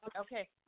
Okay